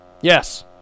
Yes